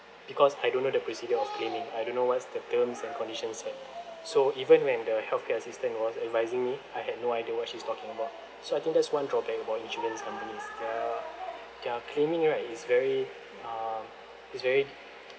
because I don't know the procedure or claiming I don't know what's the terms and conditions set so even when the healthcare assistant was advising me I had no idea what she's talking about so I think that's one drawback about insurance companies their their claiming right is very is very